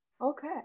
Okay